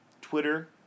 Twitter